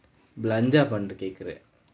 belanjar பண்ண கேட்கிறே:panna ketkkirae